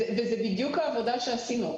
זה בדיוק העבודה שעשינו.